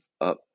up